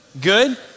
Good